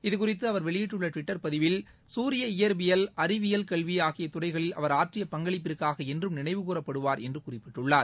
இது குறித்து அவர் வெளியிட்டுள்ள டுவிட்டர் பதிவில் குரிய இயற்பியல் அறிவியல் கல்வி ஆகிய துறைகளில் அவர் ஆற்றிய பங்களிப்பிற்காக என்றும் நினைவு கூறப்படுவார் என்று குறிப்பிட்டுள்ளார்